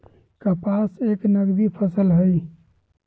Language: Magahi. कपास एक नगदी फसल हई